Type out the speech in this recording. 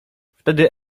wtedy